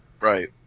Right